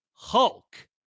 Hulk